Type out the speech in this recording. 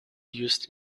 used